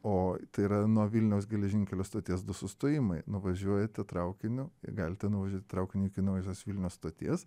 o tai yra nuo vilniaus geležinkelio stoties du sustojimai nuvažiuojate traukiniu ir galite nuvažiuoti traukiniu iki naujosios vilnios stoties